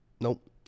Nope